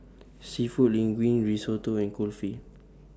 Seafood Linguine Risotto and Kulfi